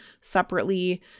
separately